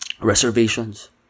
reservations